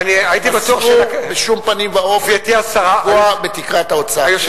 אסור בשום פנים ואופן לפגוע בתקרת ההוצאה.